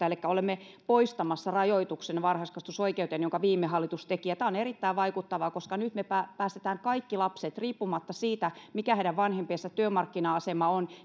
elikkä olemme poistamassa rajoituksen varhaiskasvatusoikeuteen jonka viime hallitus teki tämä on erittäin vaikuttavaa koska nyt me päästämme kaikki lapset täyden varhaiskasvatusoikeuden piiriin riippumatta siitä mikä heidän vanhempiensa työmarkkina asema on